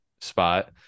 spot